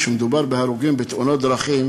כשמדובר בהרוגים בתאונות דרכים